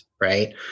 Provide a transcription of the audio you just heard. right